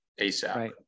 ASAP